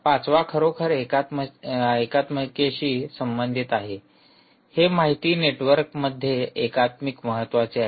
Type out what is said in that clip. पाचवा खरोखर एकात्मिकेशी संबंधित आहे हे माहिती नेटवर्कमध्ये एकात्मिक महत्वाचे आहे